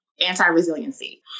anti-resiliency